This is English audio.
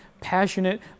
passionate